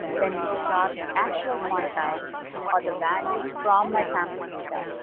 then the blood the actual quantized or the values from my sample data.